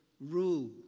rule